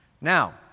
Now